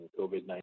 COVID-19